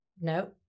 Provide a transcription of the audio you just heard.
No